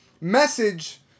message